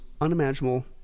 unimaginable